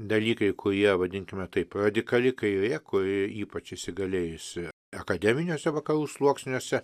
dalykai kurie vadinkime taip radikali kairė kuri ypač įsigalėjusi akademiniuose vakarų sluoksniuose